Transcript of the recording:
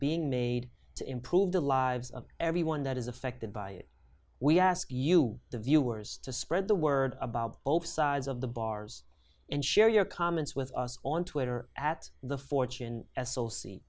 being made to improve the lives of everyone that is affected by it we ask you the viewers to spread the word about open sides of the bars and share your comments with us on twitter at the fortune